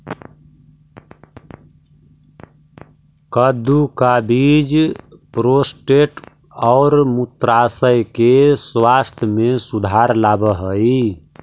कद्दू का बीज प्रोस्टेट और मूत्राशय के स्वास्थ्य में सुधार लाव हई